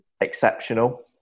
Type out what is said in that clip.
exceptional